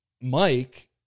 Mike